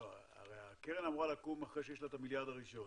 הרי הקרן אמורה לקום אחרי שיש לה את המיליארד הראשון.